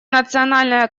национальная